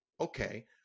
okay